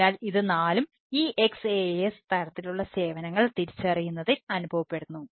അതിനാൽ ഇതു നാലും ഈ XaaS തരത്തിലുള്ള സേവനങ്ങൾ തിരിച്ചറിയുന്നതിൽ അനുഭവപ്പെടുന്നു